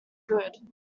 good